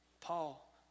Paul